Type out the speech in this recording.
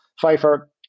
pfeiffer